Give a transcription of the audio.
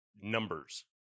numbers